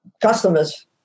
customers